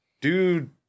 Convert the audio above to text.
dude